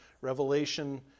Revelation